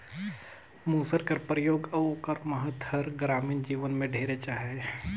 मूसर कर परियोग अउ ओकर महत हर गरामीन जीवन में ढेरेच अहे